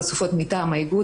מאוד חששתי מהכאבים.